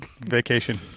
Vacation